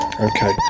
Okay